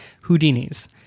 Houdini's